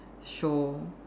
show